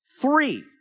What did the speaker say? Three